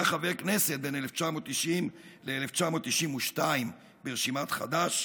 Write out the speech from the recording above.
הוא היה חבר כנסת בין 1990 ל-1992 ברשימת חד"ש